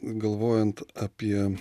galvojant apie